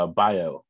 bio